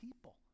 people